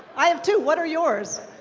i have two, what are yours?